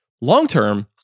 Long-term